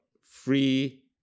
free